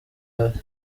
uhari